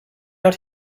out